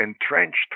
entrenched